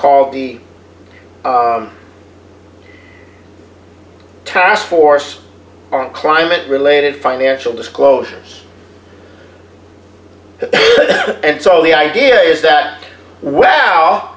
called the task force on climate related financial disclosures and so the idea is that wow